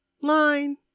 line